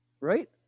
Right